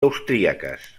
austríaques